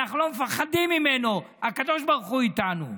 אנחנו לא מפחדים ממנו, הקדוש ברוך הוא איתנו.